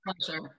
pleasure